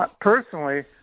personally